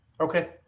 Okay